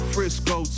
Frisco